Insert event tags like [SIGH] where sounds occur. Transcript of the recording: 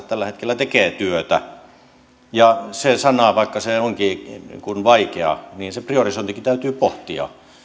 [UNINTELLIGIBLE] tällä hetkellä tekevät työtä vaikka se sana onkin vaikea niin se priorisointikin täytyy pohtia